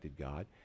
God